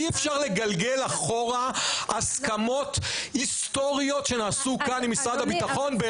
אי אפשר לגלגל אחורה הסכמות היסטוריות שנעשו כאן עם משרד הביטחון,